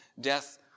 death